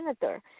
senator